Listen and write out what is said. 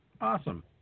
Awesome